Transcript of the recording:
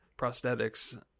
prosthetics